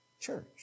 church